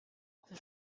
für